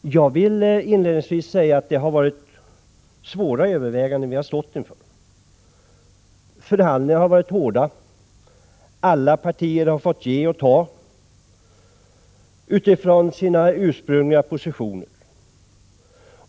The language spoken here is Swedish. Jag vill inledningsvis säga att det har varit svåra överväganden som utskottet har stått inför. Förhandlingarna har varit hårda. Alla partier har fått ge och ta utifrån sina ursprungliga positioner.